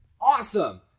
awesome